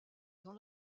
dans